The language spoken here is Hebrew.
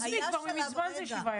עזבי, כבר ממזמן זה שבעה ימים.